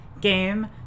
game